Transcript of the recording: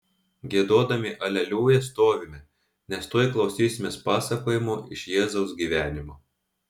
giedodami aleliuja stovime nes tuoj klausysimės pasakojimo iš jėzaus gyvenimo